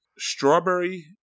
strawberry